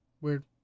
weird